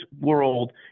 world